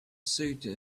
ceuta